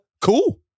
cool